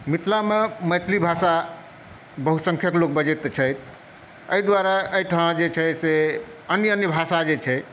मिथिलामे मैथिली भाषा बहुसंख्यक लोक बजै तऽ छै एहि दुआरे एहिठाम जे छै से अन्य अन्य भाषा जे छै